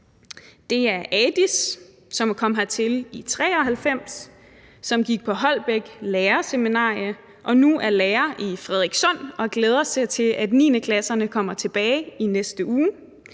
Det er Adis, som kom hertil i 1993, og som gik på Holbæk Lærerseminarium og nu er lærer i Frederikssund og glæder sig til, at 9. klasserne kommer tilbage i næste uge.